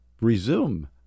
resume